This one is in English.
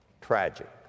tragic